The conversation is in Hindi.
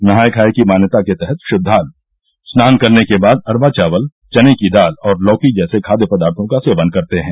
नहाय खाय की मान्यता के तहत श्रद्वालु स्नान करने के बाद अरवा चावल चने की दाल और लौकी जैसे खाद्य पदार्थो का सेवन करते हैं